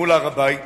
מול הר-הבית,